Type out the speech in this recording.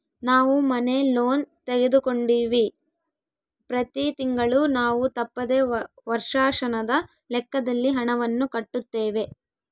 ನಾವು ಮನೆ ಲೋನ್ ತೆಗೆದುಕೊಂಡಿವ್ವಿ, ಪ್ರತಿ ತಿಂಗಳು ನಾವು ತಪ್ಪದೆ ವರ್ಷಾಶನದ ಲೆಕ್ಕದಲ್ಲಿ ಹಣವನ್ನು ಕಟ್ಟುತ್ತೇವೆ